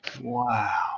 Wow